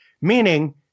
meaning